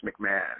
McMahon